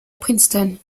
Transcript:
princeton